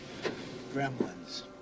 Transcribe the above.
Gremlins